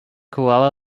kuala